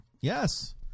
yes